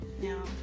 now